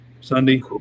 Sunday